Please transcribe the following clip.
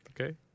Okay